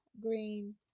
Green